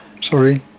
Sorry